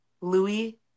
Louis